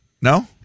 No